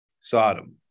sodom